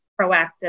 proactive